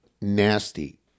Nasty